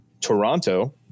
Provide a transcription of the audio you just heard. Toronto